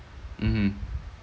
mmhmm